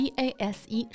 Base